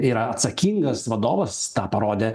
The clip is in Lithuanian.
yra atsakingas vadovas tą parodė